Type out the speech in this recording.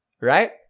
Right